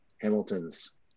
hamilton's